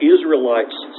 Israelites